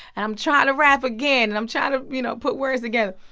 and i'm trying to rap again. and i'm trying to, you know, put words together.